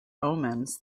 omens